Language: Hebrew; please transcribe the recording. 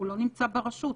הוא לא נמצא ברשות,